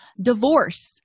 Divorce